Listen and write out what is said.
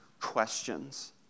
questions